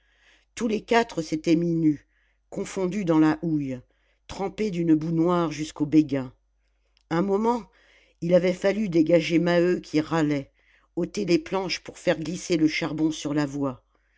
tous les quatre s'étaient mis nus confondus dans la houille trempés d'une boue noire jusqu'au béguin un moment il avait fallu dégager maheu qui râlait ôter les planches pour faire glisser le charbon sur la voie